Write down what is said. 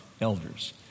elders